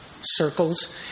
circles